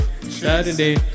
Saturday